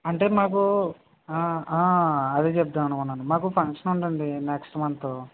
అంటే మాకు ఆ ఆ అదే చెప్దామనుకున్నాను మాకు ఫంక్షన్ ఉందండి నెక్స్ట్ మంతు